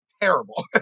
terrible